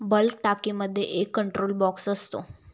bulk टाकीमध्ये एक control box असतो